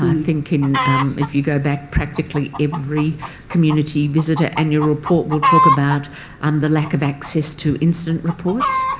i think in if you go back practically every community visitor annual report will talk about and the lack of access to incident reports.